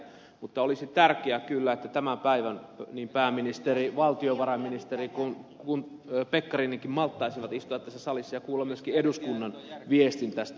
mutta olisi tärkeää kyllä että tämän päivän niin pääministeri valtiovarainministeri kuin pekkarinenkin malttaisivat istua tässä salissa ja kuulla myöskin eduskunnan viestin tästä asiasta